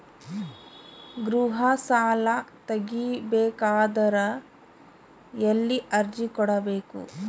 ಗೃಹ ಸಾಲಾ ತಗಿ ಬೇಕಾದರ ಎಲ್ಲಿ ಅರ್ಜಿ ಕೊಡಬೇಕು?